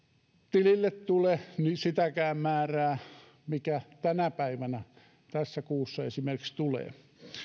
tilille tule sitäkään määrää mikä tänä päivänä tässä kuussa esimerkiksi tulee